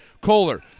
Kohler